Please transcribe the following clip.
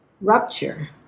rupture